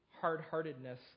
hard-heartedness